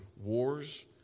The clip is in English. wars